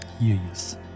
Yes